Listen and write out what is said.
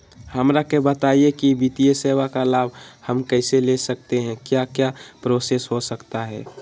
हमरा के बताइए की वित्तीय सेवा का लाभ हम कैसे ले सकते हैं क्या क्या प्रोसेस हो सकता है?